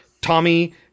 Tommy